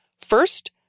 First